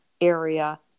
area